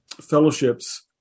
fellowships